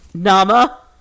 Nama